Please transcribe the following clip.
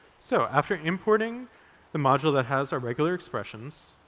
so after importing the module that has our regular expressions,